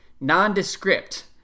nondescript